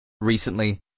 Recently